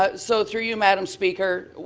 ah so through you madam speaker,